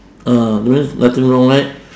ah that means nothing wrong right